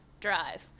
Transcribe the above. drive